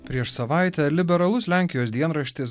prieš savaitę liberalus lenkijos dienraštis